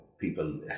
people